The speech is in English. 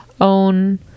own